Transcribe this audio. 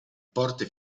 porte